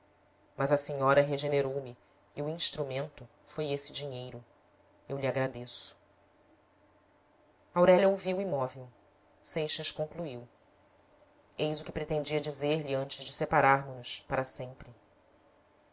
mas a senhora regenerou me e o instrumento foi esse dinheiro eu lhe agradeço aurélia ouviu imóvel seixas concluiu eis o que pretendia dizer-lhe antes de separarmo nos para sempre